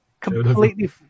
completely